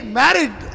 married